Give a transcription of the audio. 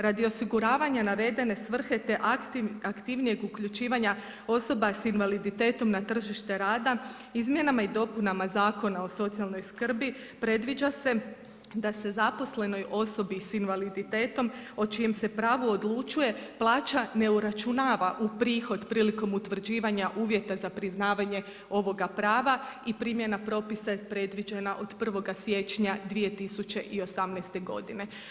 Radi osiguravanja navedene svrhe te aktivnijeg uključivanja osoba sa invaliditetom na tržište rada, Izmjenama i dopunama Zakona o socijalnoj skrbi predviđa se da se zaposlenoj osobi sa invaliditetom o čijem se pravu odlučuje plaća ne uračunava u prihod prilikom utvrđivanja uvjeta za priznavanje ovoga prava i primjena propisa je predviđena od 1. siječnja 2018. godine.